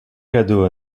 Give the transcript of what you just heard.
cadeau